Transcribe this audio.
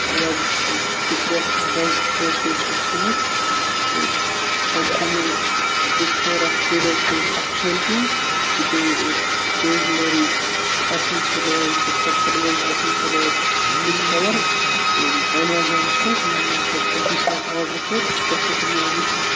تھوڑا ڈِپرٮ۪س یا ڈاسِٹرٮ۪س اوسُس گوٚمُت تہٕ پَتہٕ کوٚر مےٚ ڈِسکَوَر اَکھ پرٛوڈَکٹ اَکھ شٮ۪مپوٗ تہٕ بیٚیہِ روز مٮ۪ری اٮ۪سٮ۪نشَل آیِل تہٕ پٮ۪پَرمٮ۪نٛٹ اٮ۪سٮ۪نشَل آیِل ڈِسکَوَر یِم اٮ۪مازانَس پٮ۪ٹھ یِم مےٚ پَتہٕ اَکی ساتہٕ آرڈَر کٔرِۍ اَصٕل رِوِو وٕچھِتھ